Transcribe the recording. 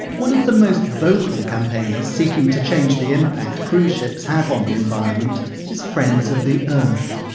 one of the most vocal campaigners seeking to change the impact cruise ships have on the environment is friends of the earth.